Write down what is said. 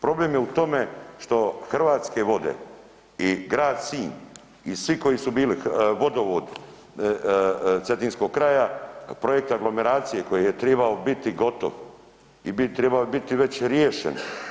Problem je u tome što Hrvatske vode i Grad Sinj i svi koji su bili, Vodovod Cetinskog kraja, projekat aglomeracije koji je trebao biti gotov i trebao je biti već riješen.